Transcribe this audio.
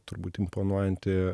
turbūt imponuojanti